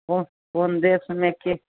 को कोन देशमे के